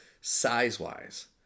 size-wise